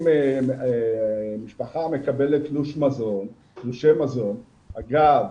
שאם משפחה מקבלת תלושי מזון, אגב,